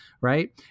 right